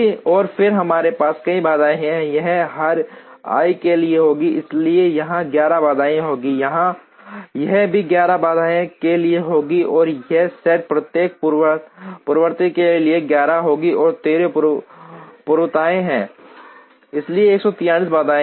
और फिर हमारे पास कई बाधाएं हैं यह हर i के लिए होगी इसलिए यह 11 बाधाएं होंगी यह भी 11 बाधाओं के लिए होगी और यह सेट प्रत्येक पूर्ववर्ती के लिए 11 होगा और 13 पूर्वताएं हैं इसलिए 143 बाधाएं हैं